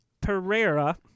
Pereira